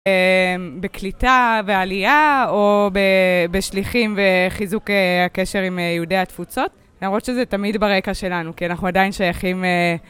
בקליטה ועלייה, או בשליחים וחיזוק הקשר עם יהודי התפוצות. למרות שזה תמיד ברקע שלנו, כי אנחנו עדיין שייכים...